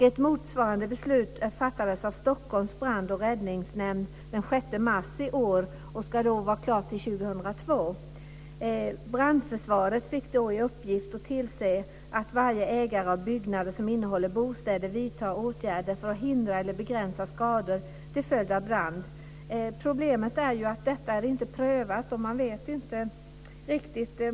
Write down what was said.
Ett motsvarande beslut fattades av Stockholms brand och räddningsnämnd den 6 mars i år. Det ska vara klart till 2002. Brandförsvaret har fått i uppgift att se till att varje ägare av byggnader som innehåller bostäder vidtar åtgärder för att hindra eller begränsa skador till följd av brand. Problemet är att det inte är prövat.